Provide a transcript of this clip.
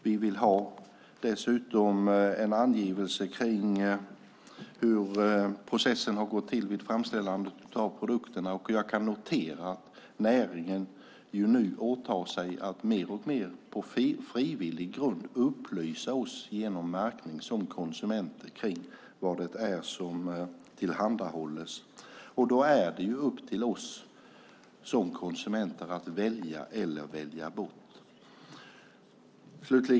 Vi vill dessutom ha en angivelse om hur processen har gått till vid framställandet av produkterna. Näringen åtar sig nu att mer och mer på frivillig grund upplysa oss som konsumenter genom märkning om vad det är som tillhandahålles. Då är det upp till oss som konsumenter att välja eller välja bort.